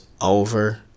over